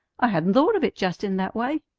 i hadn't thought of it just in that way.